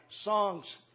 songs